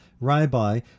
Rabbi